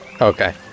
okay